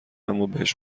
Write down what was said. امابهش